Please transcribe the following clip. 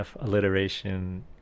alliteration